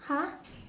!huh!